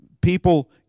people